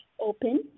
open